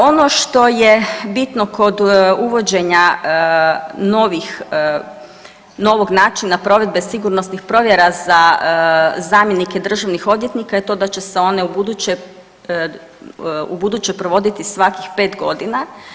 Ono što je bitno kod uvođenja novih, novog načina provedbe sigurnosnih provjera za zamjenike državnih odvjetnika je to da će se one u buduće, u buduće provoditi svakih 5.g.